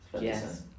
Yes